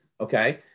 okay